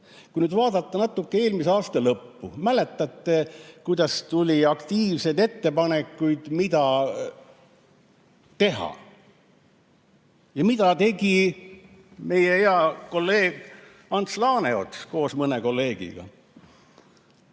Kui vaadata natuke eelmise aasta lõppu, siis kas mäletate, kuidas tuli agaraid ettepanekuid, mida teha? Ja mida tegi meie hea kolleeg Ants Laaneots koos mõne kolleegiga?